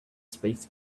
speaks